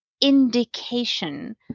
indication